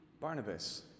Barnabas